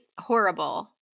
horrible